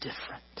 different